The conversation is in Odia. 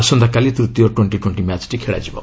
ଆସନ୍ତାକାଲି ତୃତୀୟ ଟ୍ୱେଣ୍ଟି ଟ୍ୱେଣ୍ଟି ମ୍ୟାଚ୍ ଖେଳାଯିବ